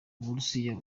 uburusiya